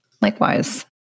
Likewise